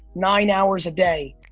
nine hours a day,